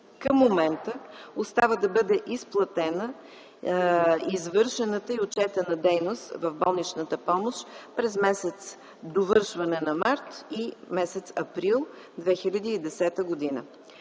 Към момента остават да бъде изплатена извършената и отчетена дейност в болничната помощ през месец – довършване на март, и месец април 2010 г.